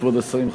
כבוד השרים,